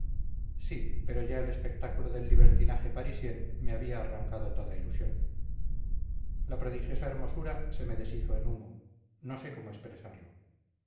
sí pero ya el espectáculo del libertinaje parisién me había arrancado toda ilusión la prodigiosa hermosura se me deshizo en humo no sé cómo expresarlo